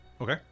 Okay